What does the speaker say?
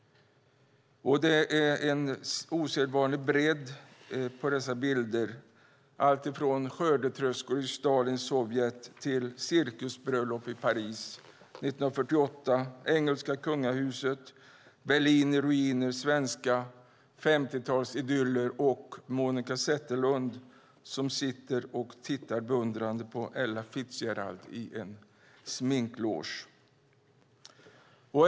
Det är en osedvanlig bredd på dessa bilder, alltifrån skördetröskor i Stalins Sovjet till cirkusbröllop i Paris 1948, engelska kungahuset, Berlin i ruiner, svenska 50-talsidyller och Monica Zetterlund som sitter och tittar beundrande på Ella Fitzgerald i en sminkloge.